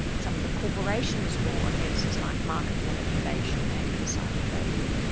some of the corporations law offences like market manipulation and insider trading,